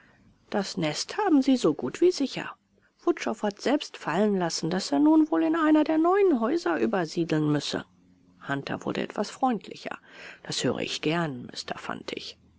das nest haben sie so gut wie sicher wutschow hat selbst fallenlassen daß er nun wohl in eines der neuen häuser übersiedeln müsse hunter wurde etwas freundlicher das höre ich gern mr fantig